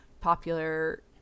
popular